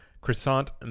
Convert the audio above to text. croissant